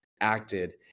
acted